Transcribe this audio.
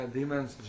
Demons